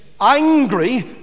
angry